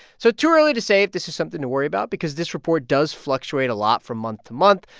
so too early to say if this is something to worry about because this report does fluctuate a lot from month to month,